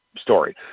story